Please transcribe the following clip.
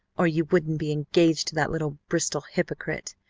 or you wouldn't be engaged to that little bristol hypocrite.